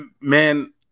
man